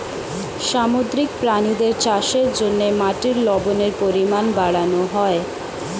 সামুদ্রিক প্রাণীদের চাষের জন্যে মাটির লবণের পরিমাণ বাড়ানো হয়